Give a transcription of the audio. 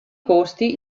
costi